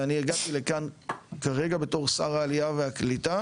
ואני הגעתי לכאן כרגע בתור שר העלייה והקליטה